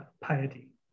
piety